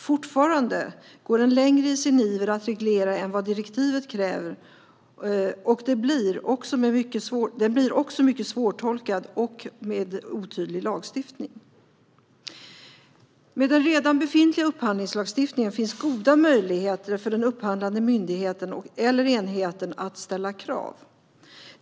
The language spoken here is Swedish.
Fortfarande går den längre i sin iver att reglera än vad direktivet kräver, och det blir också mycket svårtolkad och otydlig lagstiftning. Med den befintliga upphandlingslagstiftningen finns goda möjligheter för den upphandlande myndigheten eller enheten att ställa krav.